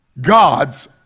God's